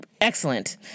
excellent